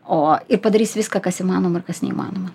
o ir padarys viską kas įmanoma ir kas neįmanoma